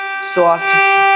soft